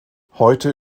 heute